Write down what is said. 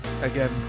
Again